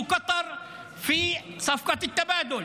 תיתן לכם סיוע בעסקה להחזרת החטופים.